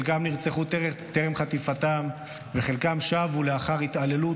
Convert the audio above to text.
חלקם נרצחו טרם חטיפתם וחלקם שבו לאחר התעללות